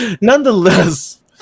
Nonetheless